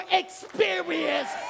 experience